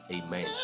Amen